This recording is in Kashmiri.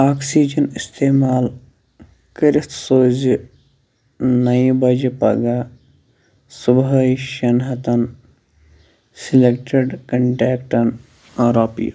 آکسِجن استعمال کٔرِتھ سوٗزِ نَیہِ بَجہِ پگہہ صبحٲے شیٚن ہتن سلیکٹِڈ کنٹیکٹَن رۄپیہِ